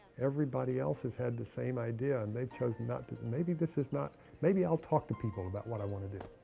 everybody else has had the same idea, and they chose not to. maybe this is not maybe i'll talk to people about what i want to do.